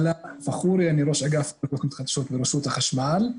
אני ראש אגף אנרגיות מתחדשות ברשות החשמל.